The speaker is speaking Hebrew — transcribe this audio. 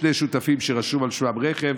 שני שותפים שרשום על שמם רכב,